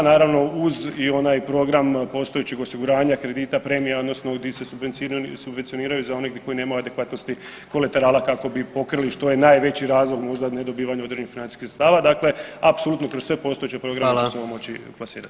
Naravno, uz i onaj program postojećeg osiguranja kredita, premija, odnosno di se subvencioniraju za one koje nemaju adekvatno svi kolaterala kako bi pokrili, što je najveći razlog možda ne dobivanja možda određenih financijskih sredstava, dakle apsolutno kroz sve postojeće programe ćemo moći plasirati.